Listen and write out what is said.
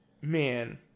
Man